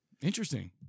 Interesting